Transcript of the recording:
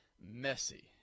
messy